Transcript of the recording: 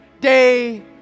day